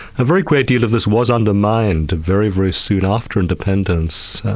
a very great deal of this was undermined very, very soon after independence,